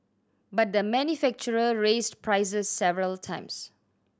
but the manufacturer raised prices several times